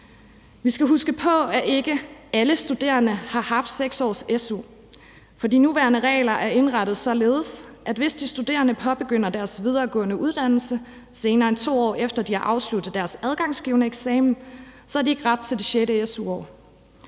Vi skal huske på, at ikke alle studerende har haft 6 års su, for de nuværende regler er indrettes således, at hvis de studerende påbegynder deres videregående uddannelse, senere end 2 år efter de har afsluttet deres adgangsgivende eksamen, har de ikke ret til det sjette su-år.